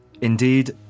Indeed